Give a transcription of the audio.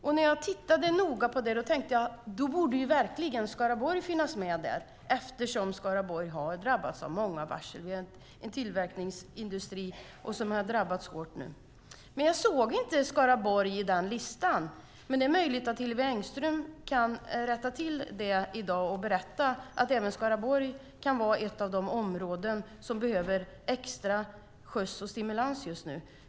Och då tänkte jag att Skaraborg borde finnas med eftersom Skaraborg har drabbats av många varsel. Vi har tillverkningsindustri där som nu drabbas hårt. Men jag såg inte Skaraborg på den listan. Det är möjligt att Hillevi Engström kan rätta till det i dag och berätta att även Skaraborg kan vara ett av de områden som behöver extra skjuts och stimulans just nu.